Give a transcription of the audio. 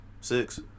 Six